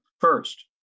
First